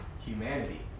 humanity